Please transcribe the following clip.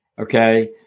Okay